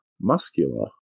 muscular